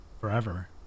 forever